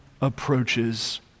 approaches